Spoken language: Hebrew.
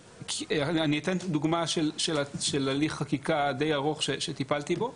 אתן דוגמה להליך חקיקה די ארוך, שטיפלתי בו,